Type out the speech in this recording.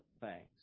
thanks